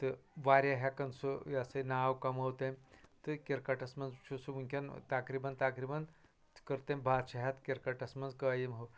تہٕ واریاہ ہیٚکن سہُ یہ ہسا یہ نٲو کموو تٔمۍ تہِ کِرکٹس منٛز چھُ سہُ ؤنکین تقریٖباً تقریٖناً کٔر تٔمۍ بادشاہیتھ کِرکٹس منٛزقٲیِم ہہُ